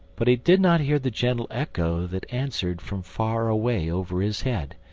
but he did not hear the gentle echo that answered from far away over his head,